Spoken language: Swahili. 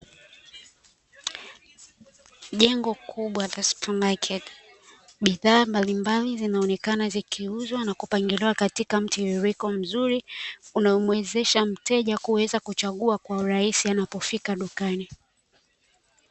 Jengo kubwa la supamaketi, bidhaa mbalimbali zinaonekana zikiuzwa na kupangiliwa katika mtiririko mzuri, unaomuwezesha mteja kuweza kuchagua kwa urahisi anapofika dukani.